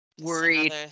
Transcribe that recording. Worried